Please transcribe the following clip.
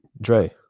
Dre